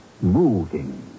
moving